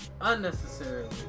unnecessarily